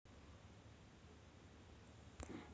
माझे पूर्वज अनेक वर्षे शेती करून उदरनिर्वाह करतात